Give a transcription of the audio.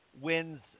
wins